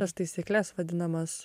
tas taisykles vadinamas